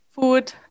food